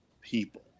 people